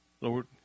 Lord